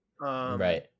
right